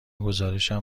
گزارشم